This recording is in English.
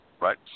right